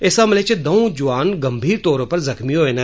इस हमले इच दऊं जुआन गंभीर तौर पर जुख्मी होए न